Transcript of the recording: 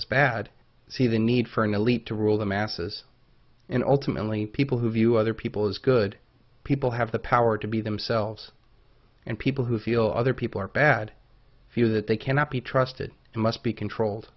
as bad see the need for an elite to rule the masses and ultimately people who view other people as good people have the power to be themselves and people who feel other people are bad for you that they cannot be trusted and must be controlled